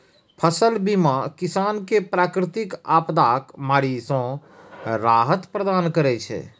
फसल बीमा किसान कें प्राकृतिक आपादाक मारि सं राहत प्रदान करै छै